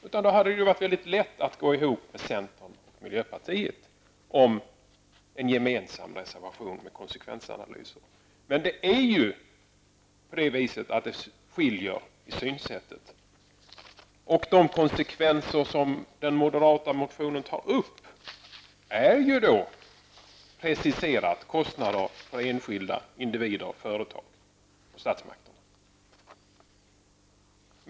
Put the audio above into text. Då hade det väl i stället varit väldigt lätt att förena sig med centern och miljöpartiet i en gemensam reservation om konsekvensanalyser. Det är bara det att det här finns en skillnad i synsättet, och de konsekvenser som tas upp i den moderata reservationen är kombinerade med preciserade kostnader för enskilda individer, företag och statsmakterna.